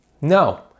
No